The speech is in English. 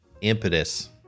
impetus